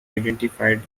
identified